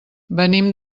venim